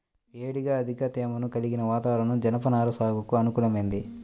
వేడిగా అధిక తేమను కలిగిన వాతావరణం జనపనార సాగుకు అనుకూలమైంది